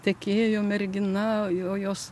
tekėjo mergina jo jos